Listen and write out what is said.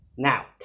Now